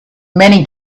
many